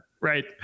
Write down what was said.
Right